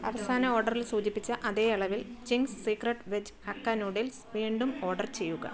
അവസാന ഓർഡറിൽ സൂചിപ്പിച്ച അതേ അളവിൽ Ching's secret veg hakka noodles വീണ്ടും ഓർഡർ ചെയ്യുക